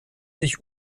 sich